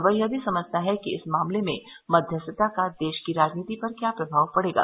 वह यह भी समझता है कि इस मामले में मध्यस्थता का देश की राजनीति पर क्या प्रभाव पड़ेगा